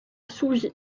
sougy